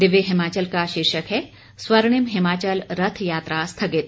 दिव्य हिमाचल का शीर्षक है स्वर्णिम हिमाचल रथ यात्रा स्थगित